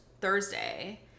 Thursday